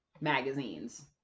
magazines